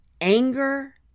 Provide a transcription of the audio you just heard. anger